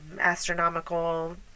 astronomical